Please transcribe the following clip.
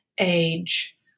age